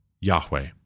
Yahweh